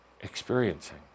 experiencing